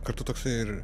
kartu toksai ir